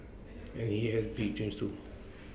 and he has big dreams too